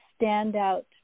standout